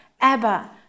Abba